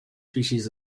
species